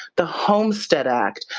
the homestead act,